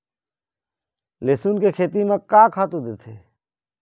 लेसुन के खेती म का खातू देथे?